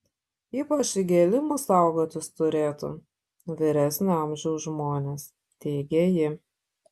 ypač įgėlimų saugotis turėtų vyresnio amžiaus žmonės teigia ji